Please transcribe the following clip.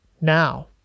Now